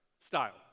style